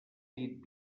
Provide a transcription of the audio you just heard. dit